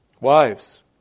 Wives